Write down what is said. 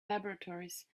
laboratories